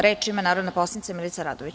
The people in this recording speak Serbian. Reč ima narodna poslanica Milica Radović.